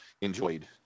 enjoyed